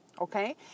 okay